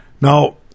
Now